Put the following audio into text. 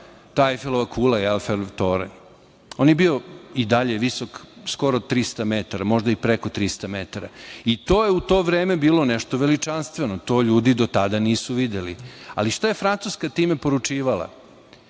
Ajfelova kula i Ajfelov toranj. On je visok skoro 300 metara, možda preko 300 metara i to je u to vreme bilo nešto veličanstveno. To ljudi do tada nisu videli, ali šta je Francuska time poručivala?